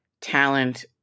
talent